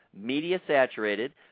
media-saturated